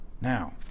Now